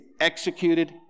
executed